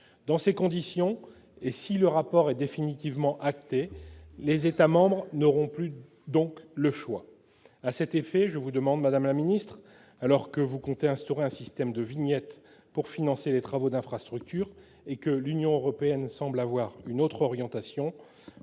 Dans ces conditions et si le rapport est définitivement pris en compte, les États membres n'auront plus le choix. Aussi, je vous demande, madame la ministre, alors que vous comptez instaurer un système de vignette pour financer les travaux d'infrastructures et que l'Union européenne semble avoir une autre orientation,